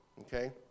okay